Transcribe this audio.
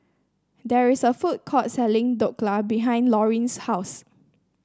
there is a food court selling Dhokla behind Lorine's house